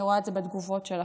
אני רואה את זה בתגובות שלכם.